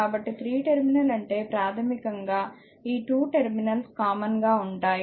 కాబట్టి3 terminal అంటే ప్రాథమికంగా ఈ 2 టెర్మినల్స్ కామన్ గా ఉంటాయి